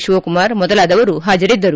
ಶಿವಕುಮಾರ್ ಮೊದಲಾದವರು ಹಾಜರಿದ್ದರು